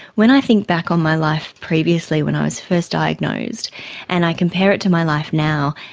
when i think back on my life previously when i was first diagnosed and i compare it to my life now,